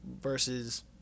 versus